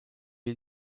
est